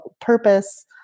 purpose